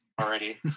already